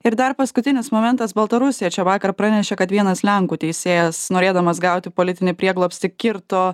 ir dar paskutinis momentas baltarusija čia vakar pranešė kad vienas lenkų teisėjas norėdamas gauti politinį prieglobstį kirto